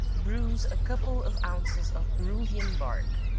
bruise a couple of ounces of peruvian bark,